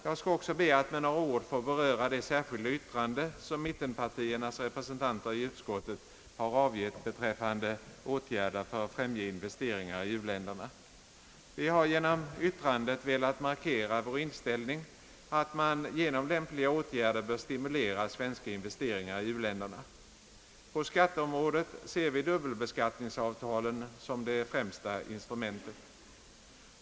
Jag skall också be att med några ord få beröra det särskilda yttrande som mittenpartiernas representanter i utskottet har avgett beträffande åtgärder för att främja investeringar i u-länderna. Vi har genom yttrandet velat markera vår inställning att man genom lämpliga åtgärder bör stimulera svenska investeringar i u-länderna. På skatteområdet ser vi dubbel Ang. en speciell u-hjälpsavgift, m.m. beskattningsavtalen som det främsta instrumentet.